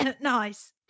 nice